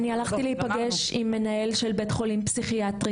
אני הלכתי להיפגש עם מנהל של בית חולים פסיכיאטרי.